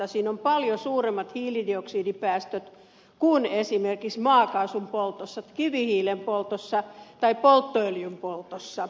siinä on paljon suuremmat hiilidioksidipäästöt kuin esimerkiksi maakaasun poltossa kivihiilen poltossa tai polttoöljyn poltossa